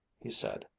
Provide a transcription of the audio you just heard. he said,